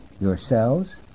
Yourselves